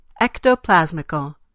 ectoplasmical